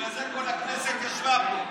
בגלל זה כל הכנסת ישבה פה.